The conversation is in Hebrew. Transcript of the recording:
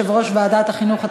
יושב-ראש ועדת החינוך,